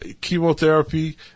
Chemotherapy